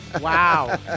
Wow